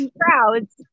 crowds